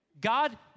God